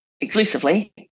exclusively